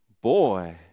Boy